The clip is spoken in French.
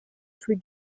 plus